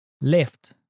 left